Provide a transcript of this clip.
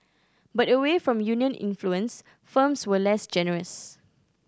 but away from union influence firms were less generous